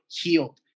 healed